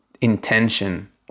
intention